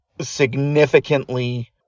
significantly